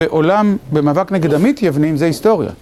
בעולם, במאבק נגד המתיוונים זה היסטוריה.